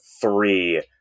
three